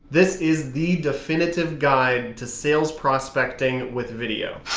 this is the definitive guide to sales prospecting with video.